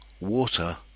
water